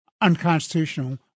unconstitutional